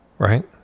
Right